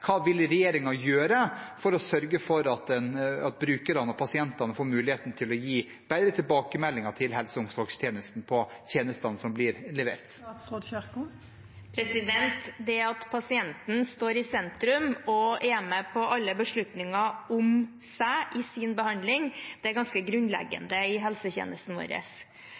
Hva vil regjeringen gjøre for å sørge for at brukerne og pasientene får mulighet til å gi bedre tilbakemeldinger til helse- og omsorgstjenestene på tjenestene som blir levert? Det at pasienten står i sentrum og er med på alle beslutninger om seg selv i sin behandling, er ganske grunnleggende i helsetjenesten vår.